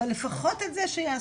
אבל לפחות את זה שיעשו.